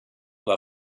war